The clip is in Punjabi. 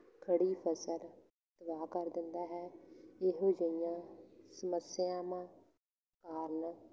ਖੜੀ ਫਸਲ ਤਬਾਹ ਕਰ ਦਿੰਦਾ ਹੈ ਇਹੋ ਜਿਹੀਆਂ ਸਮੱਸਿਆਵਾਂ ਕਾਰਨ